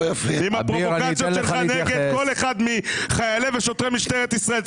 עם הפרובוקציות שלך נגד כל אחד מחיילי ושוטרי מדינת ישראל.